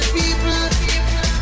people